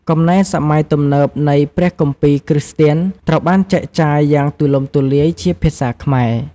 កំណែសម័យទំនើបនៃព្រះគម្ពីរគ្រីស្ទានត្រូវបានចែកចាយយ៉ាងទូលំទូលាយជាភាសាខ្មែរ។